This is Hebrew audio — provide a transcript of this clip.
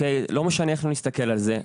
לא משנה איך נסתכל על זה,